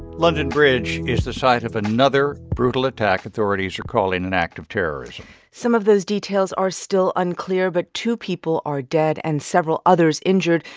london bridge is the site of another brutal attack authorities are calling an act of terrorism some of those details are still unclear, but two people are dead and several others injured.